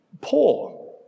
poor